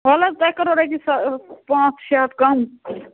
وَلہٕ حظ تۄہہِ کَرہو رۄپیہِ سا پانٛژھ شےٚ ہَتھ کَم